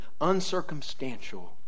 uncircumstantial